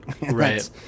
right